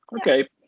Okay